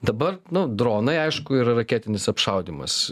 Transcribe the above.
dabar nu dronai aišku ir raketinis apšaudymas